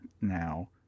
now